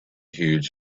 huge